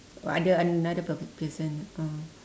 oh ada another per~ person oh